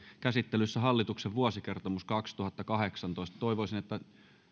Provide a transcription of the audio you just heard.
käsittelyssä hallituksen vuosikertomus kaksituhattakahdeksantoista toivoisin että